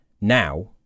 Now